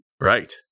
Right